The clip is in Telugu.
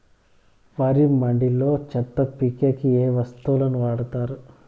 వరి మడిలో చెత్త పీకేకి ఏ వస్తువులు వాడుతారు?